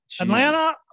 atlanta